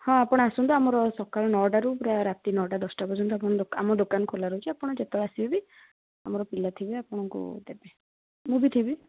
ହଁ ଆପଣ ଆସନ୍ତୁ ଆମର ସକାଳ ନଅଟାରୁ ପୁରା ରାତି ନଅଟା ଦଶଟା ପର୍ଯ୍ୟନ୍ତ ଆମ ଦୋକାନ ଖୋଲା ରହୁଛି ଆପଣ ଯେତେବେଳେ ଆସିଲେ ବି ଆମର ପିଲା ଥିବେ ଆପଣଙ୍କୁ ଦେବେ ମୁଁ ବିି ଥିବି